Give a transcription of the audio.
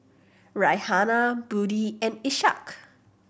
Raihana Budi and Ishak